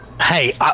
Hey